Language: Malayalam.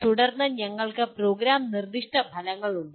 തുടർന്ന് ഞങ്ങൾക്ക് പ്രോഗ്രാം നിർദ്ദിഷ്ട ഫലങ്ങൾ ഉണ്ട്